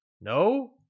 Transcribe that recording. no